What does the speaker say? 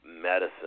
medicine